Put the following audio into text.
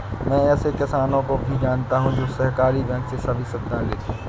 मैं ऐसे किसानो को भी जानता हूँ जो सहकारी बैंक से सभी सुविधाएं लेते है